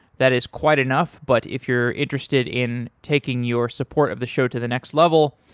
that is quite enough, but if you're interested in taking your support of the show to the next level,